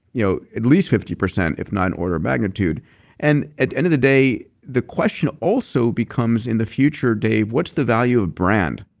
you know at least fifty percent if not an order of magnitude and at the end of the day the question also becomes in the future, dave, what's the value of brand?